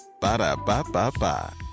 Ba-da-ba-ba-ba